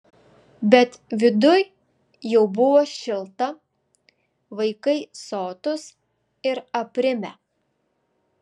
bet viduj jau buvo šilta vaikai sotūs ir aprimę